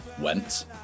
went